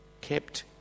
kept